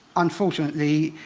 unfortunately,